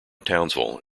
townsville